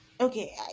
Okay